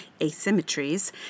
asymmetries